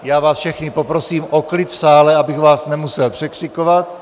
Já vás všechny poprosím o klid v sále, abych vás nemusel překřikovat.